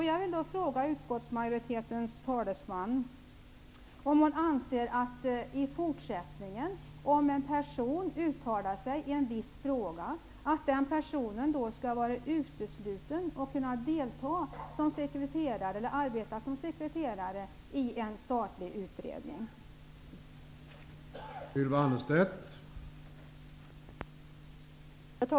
Jag vill fråga utskottsmajoritetens talesman om hon anser att en person som uttalar sig i ett visst spörsmål i fortsättningen skall vara diskvalificerad för arbete som sekreterare i en statlig utredning på det området.